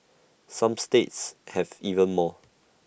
some states have even more